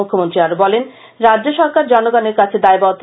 মুখ্যমন্ত্রী বলেন রাজ্য সরকার জনগনের কাছে দায়বদ্ধ